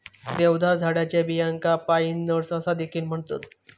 देवदार झाडाच्या बियांका पाईन नट्स असा देखील म्हणतत